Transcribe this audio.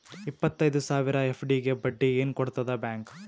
ಇಪ್ಪತ್ತೈದು ಸಾವಿರ ಎಫ್.ಡಿ ಗೆ ಬಡ್ಡಿ ಏನ ಕೊಡತದ ಬ್ಯಾಂಕ್?